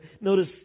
Notice